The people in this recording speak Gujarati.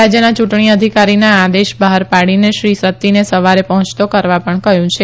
રાજયના યુંટણી અધિકારીના આ આદેશ બહાર પાડીને શ્રી સત્તીને સવારે પર્હોંચતો કરવા પણ કહયું છે